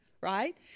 Right